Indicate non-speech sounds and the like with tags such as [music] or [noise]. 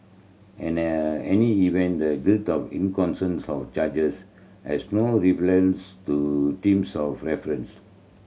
[unintelligible] any event the [unintelligible] of charges has no relevance to teams of reference